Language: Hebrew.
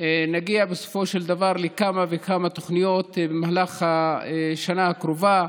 נגיע בסופו של דבר לכמה וכמה תוכניות במהלך השנה הקרובה.